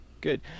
Good